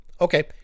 Okay